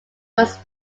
was